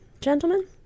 gentlemen